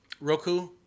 Roku